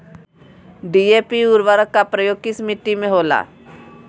DAP उर्वरक का प्रयोग किस मिट्टी में होला?